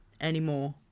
Anymore